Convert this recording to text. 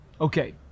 Okay